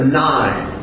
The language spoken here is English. nine